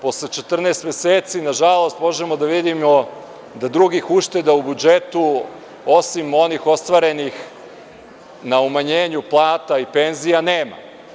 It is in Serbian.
Posle 14 meseci, nažalost, možemo da vidimo da drugih ušteda u budžetu, osim onih ostvarenih na umanjenju plata i penzija, nema.